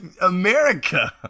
America